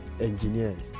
engineers